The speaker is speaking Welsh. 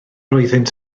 oeddynt